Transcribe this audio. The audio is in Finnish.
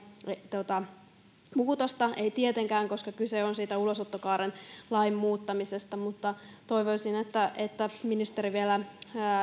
tätä työttömyysturvalain muutosta ei tietenkään koska kyse on siitä ulosottokaaren lain muuttamisesta mutta toivoisin että että ministeri vielä